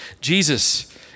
Jesus